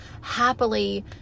happily